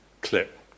clip